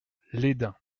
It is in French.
lesdins